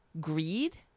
Greed